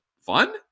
fun